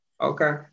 Okay